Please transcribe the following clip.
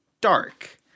dark